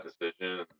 decision